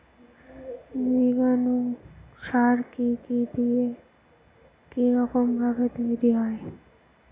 জীবাণু সার কি কি দিয়ে কি রকম ভাবে তৈরি হয়?